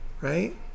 right